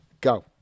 go